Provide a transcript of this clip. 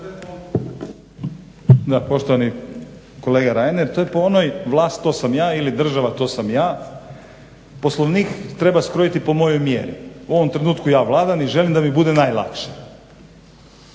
Da poštovani kolega Reiner to je po onoj vlast to sam ja ili država to sam ja. Poslovnik treba skrojiti po mojoj mjeri. U ovom trenutku ja vladam i želim da mi bude najlakše.